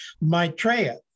Maitreya